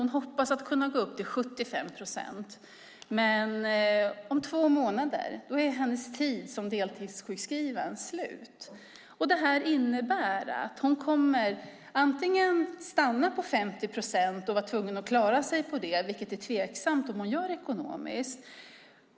Hon hoppas kunna gå upp till 75 procent. Men om två månader är hennes tid som deltidssjukskriven slut. Det innebär att hon kan komma att stanna på 50 procent och vara tvungen att klara sig ekonomiskt på det, vilket är tveksamt.